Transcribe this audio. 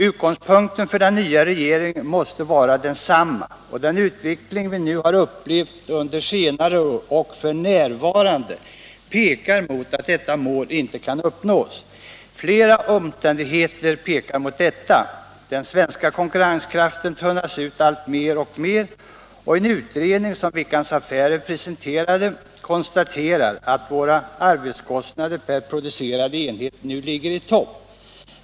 Utgångspunkten för den nya regeringen måste vara densamma, men den utveckling vi upplevt under senare år och som f.n. pågår pekar mot att detta mål icke kan uppnås. Flera omständigheter talar för det. Den svenska konkurrenskraften tunnas ut allt mer och mer, och en utredning som Veckans Affärer presenterat konstaterar att våra arbetskostnader per producerad enhet nu ligger i topp.